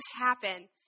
happen